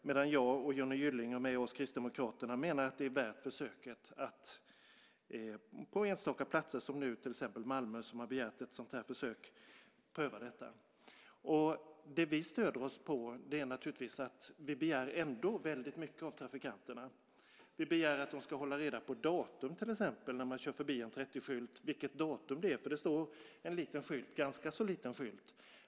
Men jag och Johnny Gylling, och med oss Kristdemokraterna, menar att det är värt att försöka pröva detta att på enstaka platser som nu till exempel Malmö, som har begärt ett sådant här försök. Det vi stöder oss på är att vi redan begär väldigt mycket av trafikanterna. Vi begär att de till exempel ska hålla reda datum när de kör förbi en trettioskylt, för det står på en ganska så liten skylt.